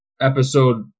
episode